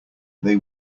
they